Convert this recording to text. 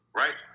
right